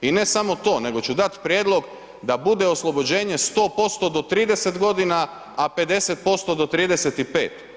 I ne samo to, nego ću dati prijedlog da bude oslobođenje 100% do 30 godina, a 50% do 35.